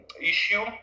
issue